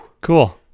Cool